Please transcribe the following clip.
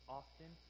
often